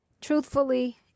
truthfully